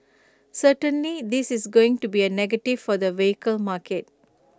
certainly this is going to be A negative for the vehicle market